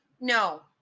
no